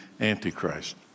Antichrist